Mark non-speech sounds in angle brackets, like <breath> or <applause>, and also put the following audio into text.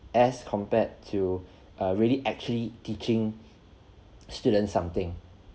as compared to <breath> uh really actually teaching students something